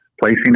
Placing